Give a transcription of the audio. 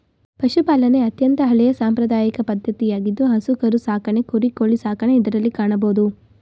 ಪಶುಪಾಲನೆ ಅತ್ಯಂತ ಹಳೆಯ ಸಾಂಪ್ರದಾಯಿಕ ಪದ್ಧತಿಯಾಗಿದ್ದು ಹಸು ಕರು ಸಾಕಣೆ ಕುರಿ, ಕೋಳಿ ಸಾಕಣೆ ಇದರಲ್ಲಿ ಕಾಣಬೋದು